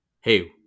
hey